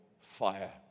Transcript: fire